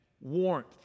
warmth